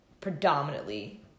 predominantly